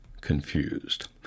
confused